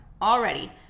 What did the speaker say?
already